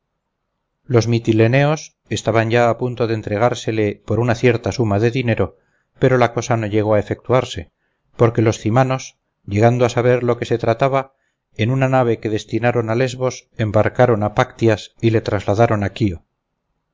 los mytileneos estaban ya a punto de entregársele por cierta suma de dinero pero la cosa no llegó a efectuarse porque los cymanos llegando a saber lo que se trataba en una nave que destinaron a lésbos embarcaron a páctyas y le trasladaron a